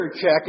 check